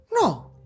No